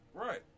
Right